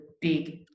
big